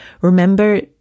remember